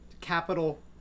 capital